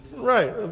Right